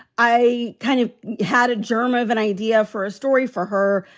i kind of had a germ of an idea for a story for her.